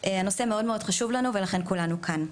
הנושא מאוד חשוב לנו ולכן כולנו כאן.